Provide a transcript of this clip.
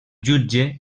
jutge